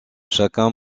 chacun